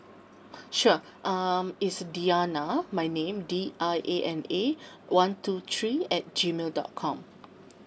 sure um is diana my name D I A N A one two three at G mail dot com